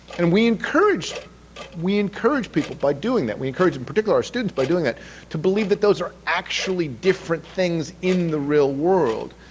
and we encourage we encourage people by doing that, we encourage in particular our students by doing that to believe that those are actually different things in the real world,